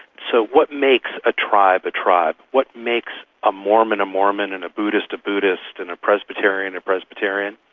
so what makes a tribe a tribe? what makes a mormon a mormon and a buddhist a buddhist and a presbyterian a presbyterian?